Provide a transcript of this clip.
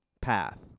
path